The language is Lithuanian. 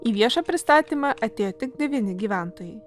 į viešą pristatymą atėjo tik devyni gyventojai